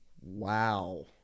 Wow